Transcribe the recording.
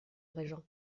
régent